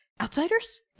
outsiders